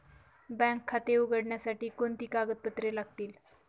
Bank खाते उघडण्यासाठी कोणती कागदपत्रे लागतील?